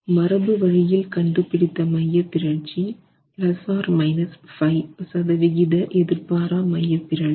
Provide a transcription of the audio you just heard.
மரபு வழியில் கண்டுபிடித்த மையப்பிறழ்ச்சி 5 சதவிகித எதிர்பாரா மையப்பிறழ்ச்சி